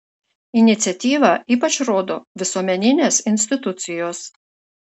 iniciatyvą ypač rodo visuomeninės institucijos